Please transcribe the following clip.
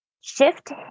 shift